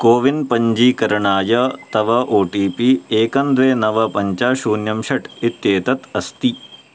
CoWIN पञ्जीकरणाय तव O T P एकं द्वे नव पञ्च शून्यं षट् इत्येतत् अस्ति